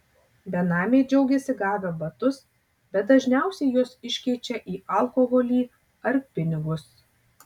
benamiai džiaugiasi gavę batus bet dažniausiai juos iškeičia į alkoholį ar pinigus